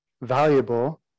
valuable